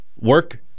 work